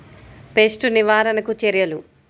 Pest నివారణకు చర్యలు?